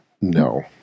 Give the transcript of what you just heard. No